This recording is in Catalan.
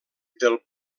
del